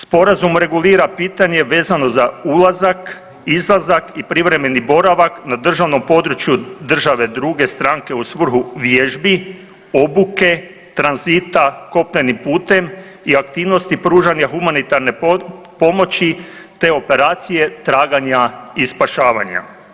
Sporazum regulira pitanje vezano za ulazak, izlazak i privremeni boravak na državnom području države druge stranke u svrhu vježbi, obuke, tranzita kopnenim putem i aktivnosti pružanja humanitarne pomoći te operacije traganja i spašavanja.